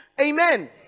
Amen